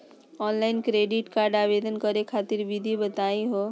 Online credit card आवेदन करे खातिर विधि बताही हो?